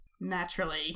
naturally